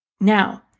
Now